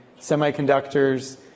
semiconductors